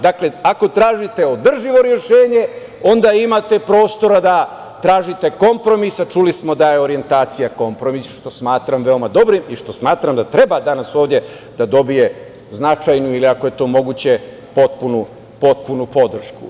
Dakle, ako tražite održivo rešenje, onda imate prostora da tražite kompromis, a čuli smo da je orijentacija kompromis, što smatram veoma dobrim i što smatram da treba danas ovde da dobije značajnu ili ako je to moguće potpunu podršku.